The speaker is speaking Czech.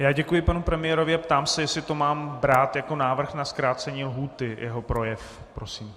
Já děkuji panu premiérovi a ptám se, jestli to mám brát jako návrh na zkrácení lhůty, jeho projev, prosím.